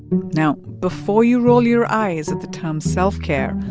now, before you roll your eyes at the term self-care,